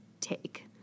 take